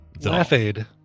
Laugh-Aid